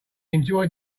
enjoyed